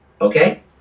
okay